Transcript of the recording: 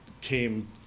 came